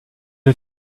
you